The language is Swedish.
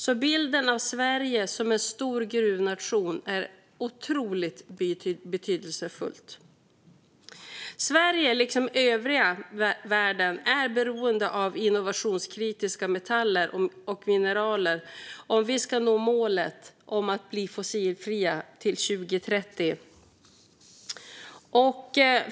Bilden av Sverige som en stor gruvnation är otroligt betydelsefull. Sverige liksom övriga världen är beroende av innovationskritiska metaller och mineral om Sverige ska nå målet om att bli fossilfritt till 2030.